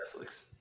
Netflix